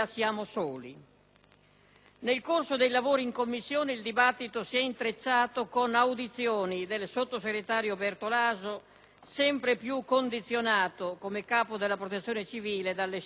Nel corso dei lavori in Commissione il dibattito si è intrecciato con audizioni del sottosegretario Bertolaso, sempre più condizionato, come capo della Protezione civile, dalle scelte del Governo.